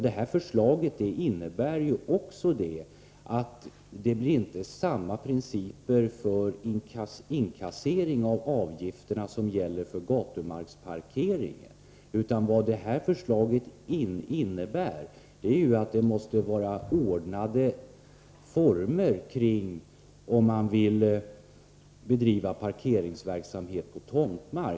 Det här förslaget innebär att det för inkassering av avgifter inte blir samma principer som gäller för gatumarksparkeringen. Det måste vara ordnade former om man vill bedriva parkeringsverksamhet på tomtmark.